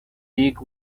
dig